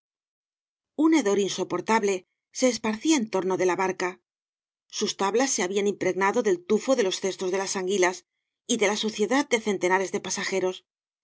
un hedor insoportable se esparcía en torno de la barca sus tablas se habían impregnado del tufo de los cestos de anguilas y de la suciedad de centenares de pasajeros